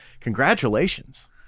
congratulations